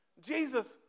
Jesus